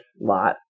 lot